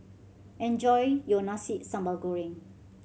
enjoy your Nasi Sambal Goreng